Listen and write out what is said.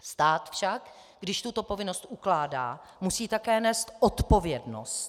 Stát však, když tuto povinnost ukládá, musí také nést odpovědnost.